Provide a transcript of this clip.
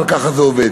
אבל ככה זה עובד,